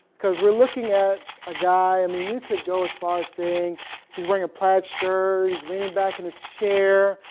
cause we're looking at a guy. i mean, you could go as far as saying he's wearing a plaid shirt, he's leaning back in his chair,